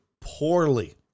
poorly